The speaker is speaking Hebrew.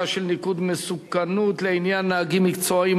של ניקוד מסוכנות לעניין נהגים מקצועיים),